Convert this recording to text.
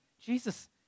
Jesus